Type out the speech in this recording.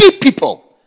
people